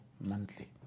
monthly